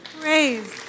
Praise